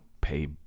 pay